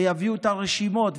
ויביאו את הרשימות.